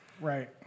Right